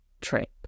Trip